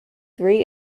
three